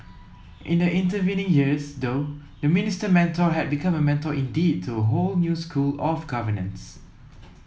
in the intervening years though the Minister Mentor had become a mentor indeed to a whole new school of governance